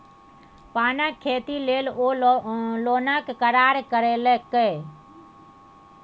पानक खेती लेल ओ लोनक करार करेलकै